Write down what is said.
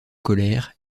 colère